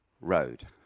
road